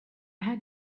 had